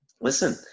listen